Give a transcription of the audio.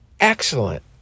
excellent